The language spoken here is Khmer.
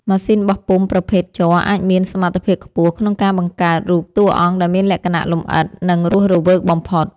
ម៉ាស៊ីនបោះពុម្ពប្រភេទជ័រអាចមានសមត្ថភាពខ្ពស់ក្នុងការបង្កើតរូបតួអង្គដែលមានលក្ខណៈលម្អិត និង រស់រវើកបំផុត។